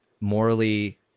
morally